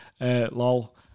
lol